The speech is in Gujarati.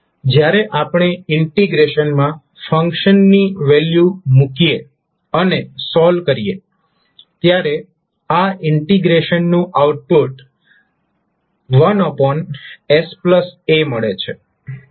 જ્યારે આપણે ઇન્ટિગ્રેશનમાં ફંકશનની વેલ્યુ મૂકીએ અને સોલ્વ કરીએ ત્યારે આ ઇન્ટિગ્રેશનનું આઉટપુટ 1sa મળે છે